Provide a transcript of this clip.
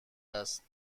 است